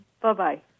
Bye-bye